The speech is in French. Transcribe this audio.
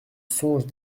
songe